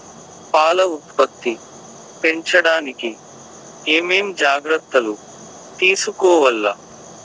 పాల ఉత్పత్తి పెంచడానికి ఏమేం జాగ్రత్తలు తీసుకోవల్ల?